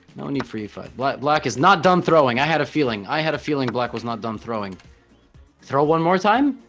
no need for e five but black is not done throwing i had a feeling i had a feeling black was not done throwing throw one more time